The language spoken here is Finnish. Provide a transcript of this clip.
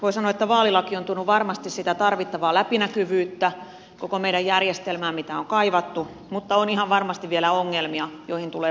voi sanoa että vaalilaki on tuonut varmasti sitä tarvittavaa läpinäkyvyyttä koko meidän järjestelmäämme mitä on kaivattu mutta on ihan varmasti vielä ongelmia joihin tulee puuttua